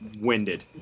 winded